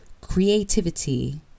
creativity